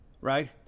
right